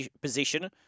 position